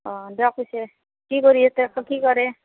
অ দিয়ক হৈছে কি কৰি আছে কি কৰে